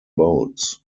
boats